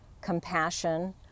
compassion